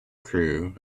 crew